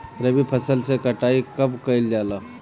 रबी फसल मे कटाई कब कइल जाला?